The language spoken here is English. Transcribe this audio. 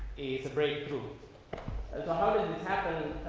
is a breakthrough as a how does and this happen?